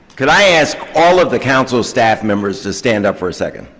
could i ask all of the council staff members to stand up for a second.